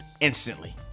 instantly